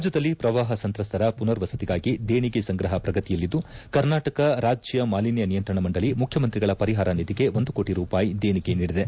ರಾಜ್ಞದಲ್ಲಿ ಪ್ರವಾಪ ಸಂತ್ರಸ್ತರ ಪುನರ್ ವಸತಿಗಾಗಿ ದೇಣಿಗೆ ಸಂಗ್ರಹ ಪ್ರಗತಿಯಲ್ಲಿದ್ದುಕರ್ನಾಟಕ ರಾಜ್ಞ ಮಾಲಿನ್ಞ ನಿಯಂತ್ರಣ ಮಂಡಳ ಮುಖ್ಯಮಂತ್ರಿಗಳ ಪರಿಹಾರ ನಿಧಿಗೆ ಒಂದು ಕೋಟ ರೂಪಾಯಿ ದೇಣಿಗೆ ನೀಡಿದೆ